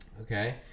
Okay